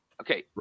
okay